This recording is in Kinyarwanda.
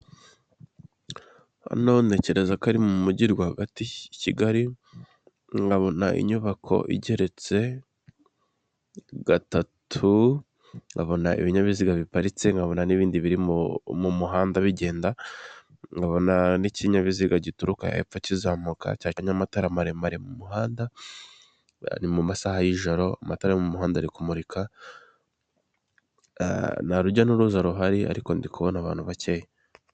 Hano ntekereza ko ari mu mujyi rwagati i Kigali nkabona inyubako igeretse gatatu, nkabona ibinyabiziga biparitse nkabona n'ibindi biri mu muhanda bigenda, nkabona n'ikinyabiziga gituruka hepfo kizamuka cyacanye amatara maremare mu muhanda, bari mu masaha y'ijoro amatara yo mu muhanda ari kumurika, nta rujya n'uruza ruhari ariko ndi kubona abantu bakeya.